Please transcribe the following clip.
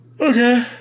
Okay